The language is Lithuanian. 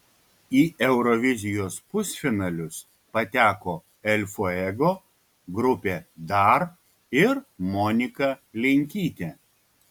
į eurovizijos pusfinalius pateko el fuego grupė dar ir monika linkytė